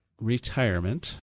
retirement